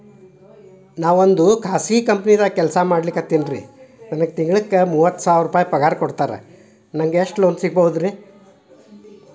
ನಾವೊಂದು ಖಾಸಗಿ ಕಂಪನಿದಾಗ ಕೆಲ್ಸ ಮಾಡ್ಲಿಕತ್ತಿನ್ರಿ, ನನಗೆ ತಿಂಗಳ ಮೂವತ್ತು ಸಾವಿರ ಪಗಾರ್ ಕೊಡ್ತಾರ, ನಂಗ್ ಎಷ್ಟು ಲೋನ್ ಸಿಗಬೋದ ರಿ?